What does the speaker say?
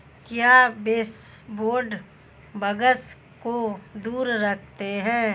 क्या baseboard bugs को दूर रखते हैं?